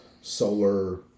solar